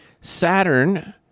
Saturn